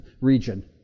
region